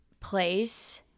place